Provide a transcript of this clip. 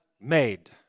made